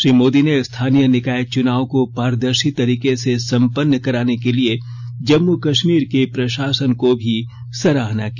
श्री मोदी ने स्थानीय निकाय चुनावों को पारदर्शी तरीके से सम्पन्न कराने के लिए जम्मू कश्मीर के प्रशासन की भी सराहना की